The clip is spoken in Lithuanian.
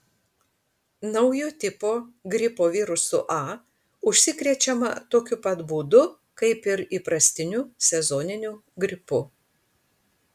naujo tipo gripo virusu a užsikrečiama tokiu pat būdu kaip ir įprastiniu sezoniniu gripu